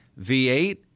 V8